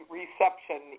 reception